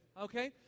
okay